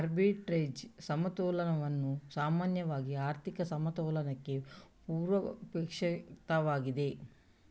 arbitrage ಸಮತೋಲನವು ಸಾಮಾನ್ಯ ಆರ್ಥಿಕ ಸಮತೋಲನಕ್ಕೆ ಪೂರ್ವಾಪೇಕ್ಷಿತವಾಗಿದೆ